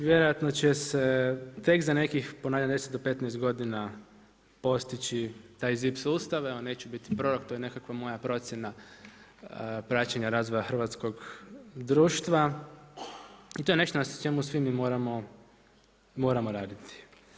Vjerojatno će se tek za nekih, ponavljam 10 do 15 godina postići taj ZIP sustav, evo neću biti prorok, to je nekakva moja procjena praćenja razvoja hrvatskog društva i to je nešto na čemu svi mi moramo raditi.